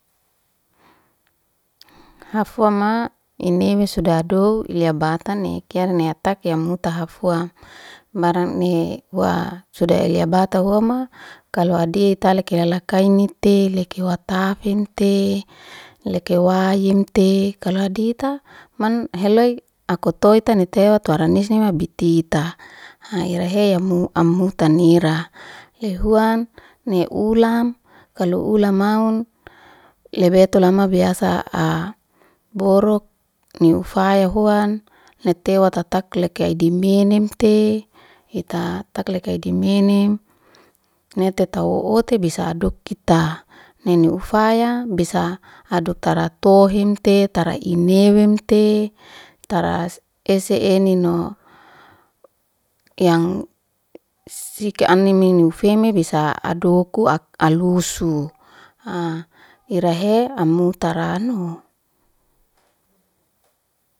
Hafwa ma inimi sudadu ilibata ni kiare ni ataki ya muta hafwa mbarani wa suda ilibata huoma kalu hadati liki lalakainite, liki watafimte liki waayimte kalu hadata man heloi akotoita nitewa tuwaranishnima bititi rahe ya muta nira. Lehuan ni ulama, kalu ulam anun lebetu lama biasa aborok ni ufaya huan netewa tatakuleleka idimini mte ita taklekai demenem netetaw ote bisa adokita, nene ufaya bisa adoktara tohemte tarainewete tara ese enino. Yang sika animi niufemeni bisa adoku alusu. Ira he amutara anu